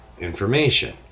information